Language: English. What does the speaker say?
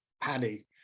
paddy